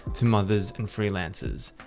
to mothers and freelances.